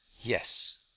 Yes